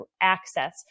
access